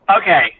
Okay